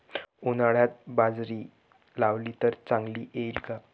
उन्हाळ्यात बाजरी लावली तर चांगली येईल का?